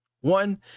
one